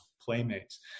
playmates